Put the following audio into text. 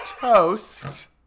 Toast